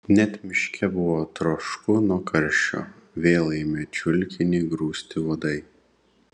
net miške buvo trošku nuo karščio vėl ėmė čiulkinį grūsti uodai